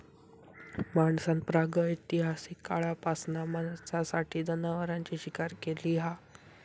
माणसान प्रागैतिहासिक काळापासना मांसासाठी जनावरांची शिकार केली हा